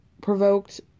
provoked